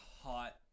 hot